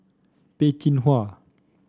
Peh Chin Hua